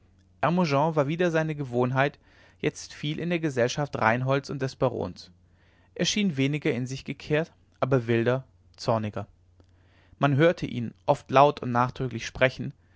war wider seine gewohnheit jetzt viel in der gesellschaft reinholds und des barons er schien weniger in sich gekehrt aber wilder zorniger man hörte ihn oft laut und nachdrücklich sprechen